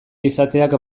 izateak